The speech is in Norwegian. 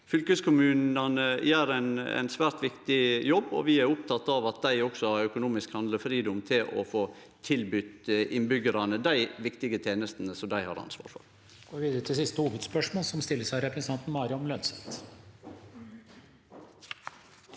Fylkeskommunane gjer ein svært viktig jobb, og vi er opptekne av at dei også har økonomisk handlefridom til å få tilbydt innbyggjarane dei viktige tenestene som dei har ansvaret for.